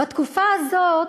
בתקופה הזאת